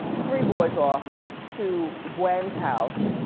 three boys off to gwen's house,